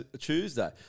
Tuesday